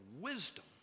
wisdom